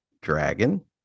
dragon